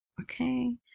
Okay